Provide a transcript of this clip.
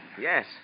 Yes